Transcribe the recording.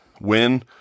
win